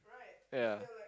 yeah